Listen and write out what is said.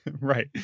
Right